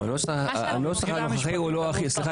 אבל הנוסח הנוכחי הוא לא אחיד.